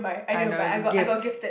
I know it's a gift